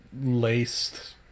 laced